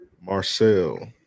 Marcel